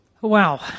Wow